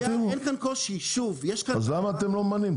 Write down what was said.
אין כאן קושי, שוב --- אז למה אתם לא מממנים?